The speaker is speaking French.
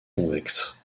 convexe